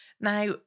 Now